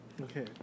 Okay